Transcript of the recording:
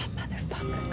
motherfuck.